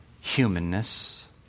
humanness